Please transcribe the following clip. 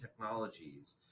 technologies